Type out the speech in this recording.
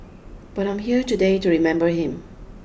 but I'm here today to remember him